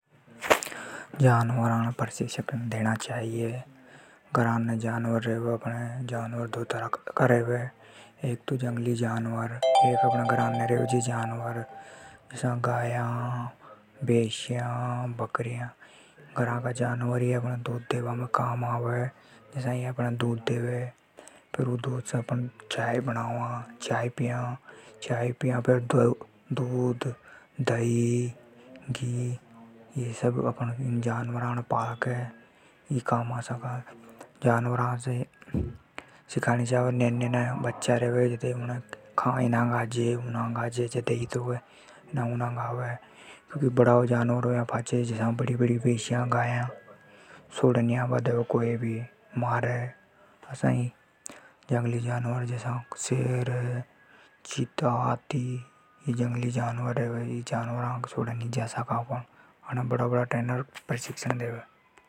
जानवरा ने प्रशिक्षण देनी चाहिए। घर ने जानवर रेवे अपणे। जानवर दो तरह का रेवे। एक तो जंगली जानवर अर दूसरा घर ने रेवे जे। जसा गाया, भैंस्या, बकरिया। ये अपणे दूध देबा में काम आवे अपणे। दूध देवे जिसे अपण चाय, दही, छाछ जसा काम आवे। जानवरा ने सिखानी छावे। क्योंकि बड़ा होया पाछे सोडे नी आबादे। जसा शेर, हाथी असा का जंगली जानवर रेवे। जे अणके सोडे नी जा सका अपण।